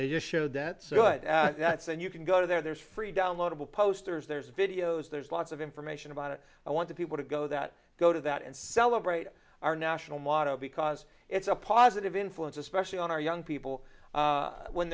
they just showed that so but that's and you can go to there's free downloadable posters there's videos there's lots of information about it i want to people to go that go to that and celebrate our national motto because it's a positive influence especially on our young people when